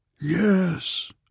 Yes